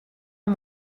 are